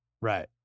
Right